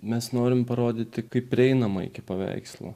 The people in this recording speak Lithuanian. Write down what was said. mes norim parodyti kaip prieinama iki paveikslo